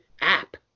app